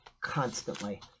constantly